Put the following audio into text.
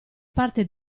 parte